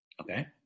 okay